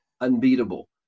unbeatable